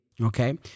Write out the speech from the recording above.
okay